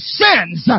sins